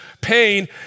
pain